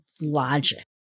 logic